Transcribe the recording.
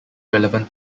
relevant